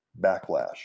backlash